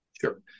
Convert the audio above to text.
Sure